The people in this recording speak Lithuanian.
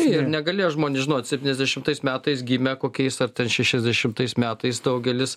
ir negalėjo žmonės žinot septyniasdešimtais metais gimę kokiaisar ten šešiasdešimtais metais daugelis